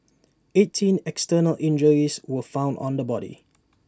eighteen external injuries were found on the body